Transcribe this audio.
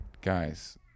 Guys